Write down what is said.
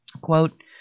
Quote